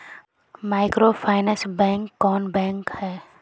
Microfinance bank कौन bank है?